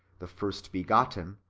the first-begotten,